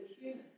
human